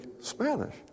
Spanish